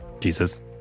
Jesus